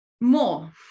more